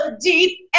deep